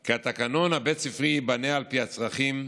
כי התקנון הבית ספרי ייבנה על פי הצרכים,